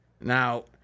Now